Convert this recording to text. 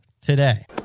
today